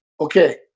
Okay